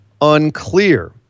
unclear